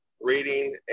reading